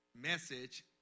message